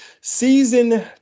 season